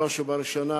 בראש ובראשונה